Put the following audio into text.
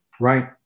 Right